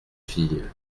filles